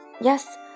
Yes